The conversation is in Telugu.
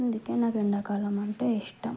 అందుకే నాకు ఎండాకాలం అంటే ఇష్టం